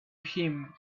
him